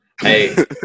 Hey